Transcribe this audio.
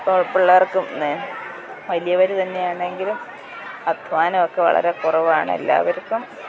കൊ പിള്ളേർക്കും വലിയവർ തന്നെയാണെങ്കിലും അദ്ധ്വാനമൊക്കെ വളരെ കുറവാണ് എല്ലാവർക്കും